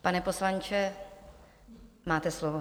Pane poslanče, máte slovo.